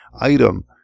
item